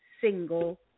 single